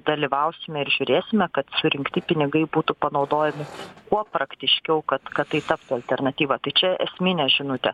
dalyvausime ir žiūrėsime kad surinkti pinigai būtų panaudojami kuo praktiškiau kad kad tai taptų alternatyva tai čia esminė žinutė